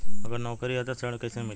अगर नौकरी ह त ऋण कैसे मिली?